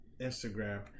Instagram